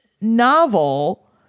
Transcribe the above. novel